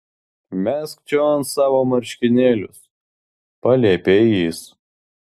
mesk čion savo marškinėlius paliepė jis